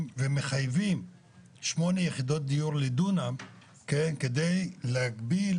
ומחייבים שמונה יחידות דיור לדונם כדי להגדיל